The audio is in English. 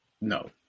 No